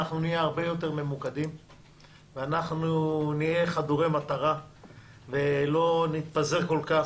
אנחנו נהיה הרבה יותר ממוקדים ונהיה חדורי מטרה ולא נתפזר כל כך.